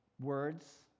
words